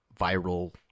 viral